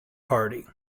party